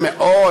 זה מאוד,